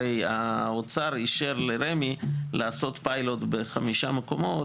הרי האוצר אישר לרמ"י לעשות פיילוט בחמישה מקומות.